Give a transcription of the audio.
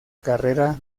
carrera